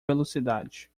velocidade